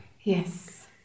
Yes